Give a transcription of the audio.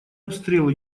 обстрелы